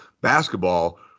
basketball